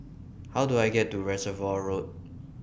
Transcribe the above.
How Do I get to Reservoir Road